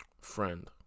friend